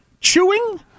Chewing